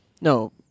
No